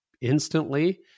instantly